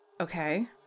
Okay